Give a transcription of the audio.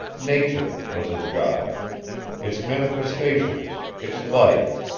nature was his god its manifestations, its life,